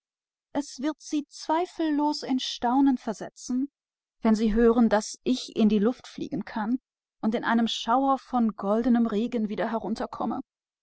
es wird sie zweifellos überraschen zu hören daß ich zum himmel fliegen und in einem schauer von goldnem regen